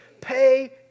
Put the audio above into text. Pay